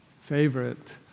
favorite